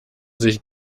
sich